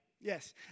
Yes